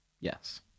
Yes